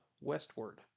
westward